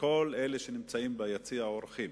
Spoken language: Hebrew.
לכל אלה שנמצאים ביציע האורחים.